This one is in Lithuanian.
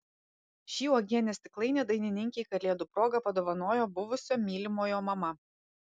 šį uogienės stiklainį dainininkei kalėdų proga padovanojo buvusio mylimojo mama